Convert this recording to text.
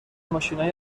ماشینای